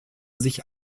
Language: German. sich